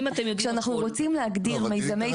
כשאנחנו רוצים להגדיר מיזמי תשתית.